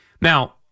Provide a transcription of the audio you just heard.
Now